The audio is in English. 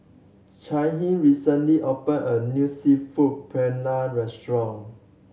Caitlyn recently opened a new Seafood Paella Restaurant